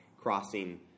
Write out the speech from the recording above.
crossing